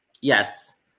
Yes